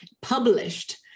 published